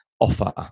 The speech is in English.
offer